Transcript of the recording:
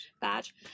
badge